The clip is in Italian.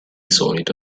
solito